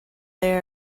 they